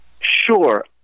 sure